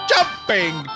Jumping